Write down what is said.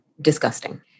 disgusting